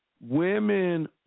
Women